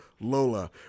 Lola